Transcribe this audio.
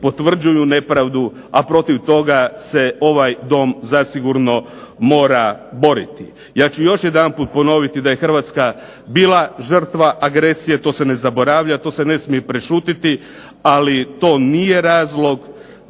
potvrđuju nepravdu, a protiv toga se ovaj Dom zasigurno mora boriti. Ja ću još jedanput ponoviti da je Hrvatska bila žrtva agresije. To se ne zaboravlja. To se ne smije prešutiti. Ali to nije razlog